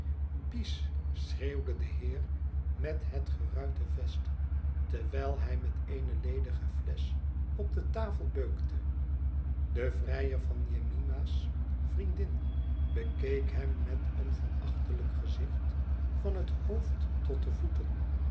schreeuwde de heer met het geruite vest terwijl hij met eene ledige flesch op de tafel beukte de vrijer van jemima's vriendin bekeek hem met een verachtelijk gezicht van het hoofd tot de voeten